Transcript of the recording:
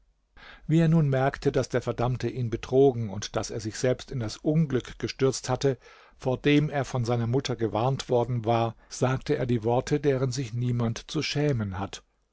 wie er nun merkte daß der verdammte ihn betrogen und daß er sich selbst in das unglück gestürzt hatte vor dem er von seiner mutter gewarnt worden war sagte er die worte deren sich niemand zu schämen hat